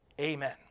Amen